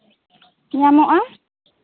ᱧᱟᱢᱚᱜᱼᱟ